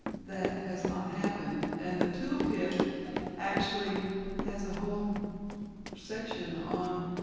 that has not happened and the tool kit actually has a whole section on